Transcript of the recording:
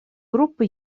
группы